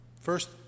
First